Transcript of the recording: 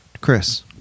Chris